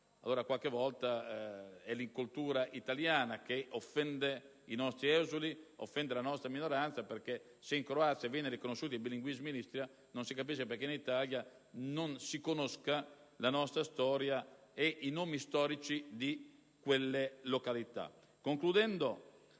corso a Rijeka, è l'incultura italiana che offende i nostri esuli, la nostra minoranza, perché se la Croazia riconosce il bilinguismo in Istria, non si capisce perché in Italia non si conoscano la nostra storia e i nomi storici di quelle località. Concludendo,